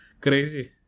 crazy